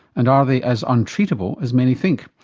and are they as untreatable as many think?